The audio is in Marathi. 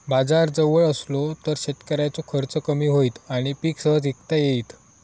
बाजार जवळ असलो तर शेतकऱ्याचो खर्च कमी होईत आणि पीक सहज इकता येईत